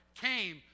came